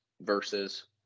versus